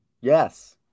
Yes